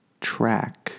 track